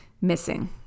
missing